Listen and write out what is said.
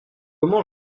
comment